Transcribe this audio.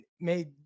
made